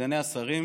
סגני השרים,